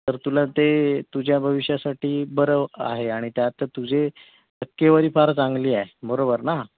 तर तुला ते तुझ्या भविष्यासाठी बरं आहे आणि त्यात तुझे टक्केवारी फार चांगली आहे बरोबर ना